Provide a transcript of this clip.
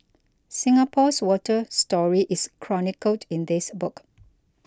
Singapore's water story is chronicled in this book